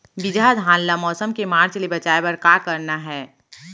बिजहा धान ला मौसम के मार्च ले बचाए बर का करना है?